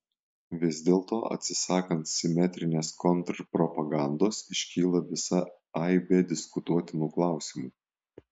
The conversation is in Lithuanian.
vis dėlto atsisakant simetrinės kontrpropagandos iškyla visa aibė diskutuotinų klausimų